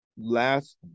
last